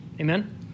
Amen